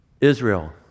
Israel